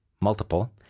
multiple